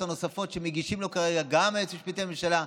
הנוספות שמגישים לו כרגע גם היועץ המשפטי לממשלה,